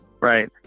right